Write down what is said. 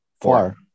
Four